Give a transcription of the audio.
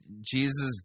Jesus